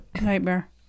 nightmare